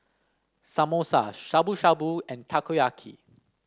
Samosa Shabu Shabu and Takoyaki